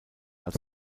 als